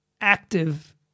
active